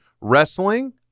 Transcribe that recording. Wrestling